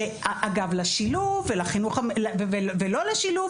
לשילוב ולא לשילוב,